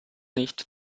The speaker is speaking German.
nicht